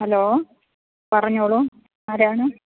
hello പറഞ്ഞോളു ആരാണ്